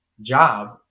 job